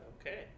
Okay